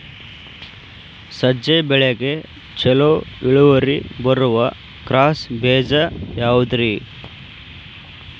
ಸಜ್ಜೆ ಬೆಳೆಗೆ ಛಲೋ ಇಳುವರಿ ಬರುವ ಕ್ರಾಸ್ ಬೇಜ ಯಾವುದ್ರಿ?